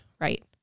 right